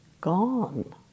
Gone